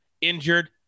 injured